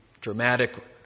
dramatic